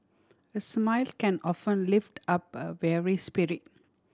a smile can often lift up a weary spirit